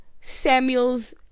Samuel's